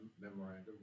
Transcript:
memorandum